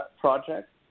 project